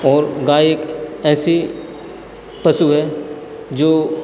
और गाय एक ऐसा पशु है जो